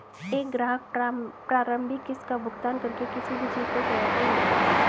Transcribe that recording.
एक ग्राहक प्रारंभिक किस्त का भुगतान करके किसी भी चीज़ को किराये पर लेता है